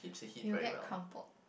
it will get crumpled